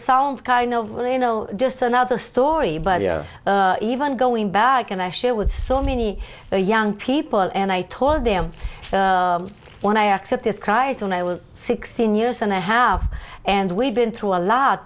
sounds kind of i know just another story but we are even going back and i share with so many young people and i told them when i accepted cries when i was sixteen years and a half and we've been through a lot